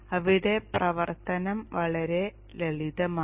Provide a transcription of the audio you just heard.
ഇവിടെ പ്രവർത്തനം വളരെ ലളിതമാണ്